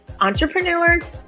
entrepreneurs